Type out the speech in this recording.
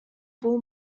бул